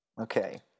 Okay